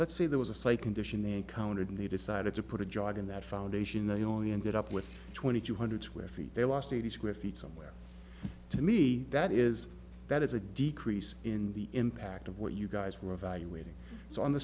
let's say there was a slight condition they encountered and they decided to put a job in that foundation they only ended up with twenty two hundred square feet they lost eighty square feet somewhere to me that is that is a decrease in the impact of what you guys were evaluating so on the